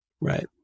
Right